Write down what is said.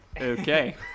okay